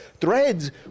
Threads